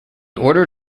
order